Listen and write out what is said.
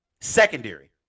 secondary